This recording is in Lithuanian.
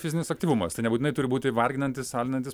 fizinis aktyvumas tai nebūtinai turi būti varginantis alinantis